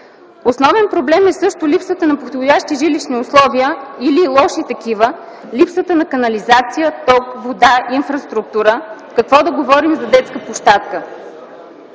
Основен проблем също е липсата на подходящи жилищни условия или лоши такива, липсата на канализация, ток, вода, инфраструктура – какво да говорим за детска площадка?